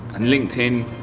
and linkedin,